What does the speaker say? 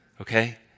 Okay